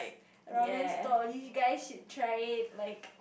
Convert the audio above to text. ramen stall you guys should try it like